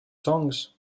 songs